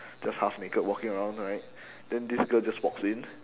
just half naked walking around alright then this girl just walks in